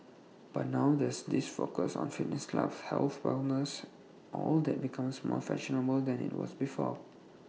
but now there's this focus on fitness clubs health wellness all that becomes more fashionable than IT was before